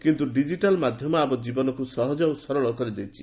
କିନ୍ତୁ ଡିଜିଟାଲ୍ ମାଧ୍ୟମ ଆମ ଜୀବନକୁ ସହଜ ଓ ସରଳ କରିଦେଇଛି